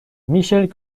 michel